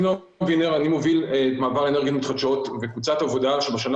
אני מוביל את מעבר אנרגיות מתחדשות בקבוצת עבודה שבשנה